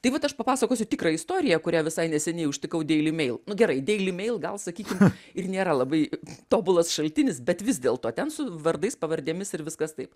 tai vat aš papasakosiu tikrą istoriją kurią visai neseniai užtikau daily mail nu gerai daily mail gal sakykim ir nėra labai tobulas šaltinis bet vis dėlto ten su vardais pavardėmis ir viskas taip